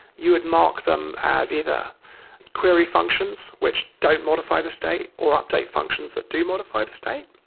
you would mark them as either query functions which don't modify the state or update functions that do modify the state.